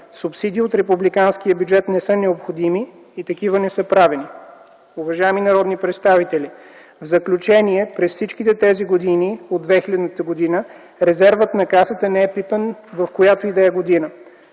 Субсидии от републиканския бюджет не са необходими и такива не са правени. Уважаеми народни представители, в заключение – през всичките тези години от 2000-та насам, резервът на Касата не е пипан, в която и да е година.